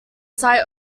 site